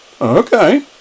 Okay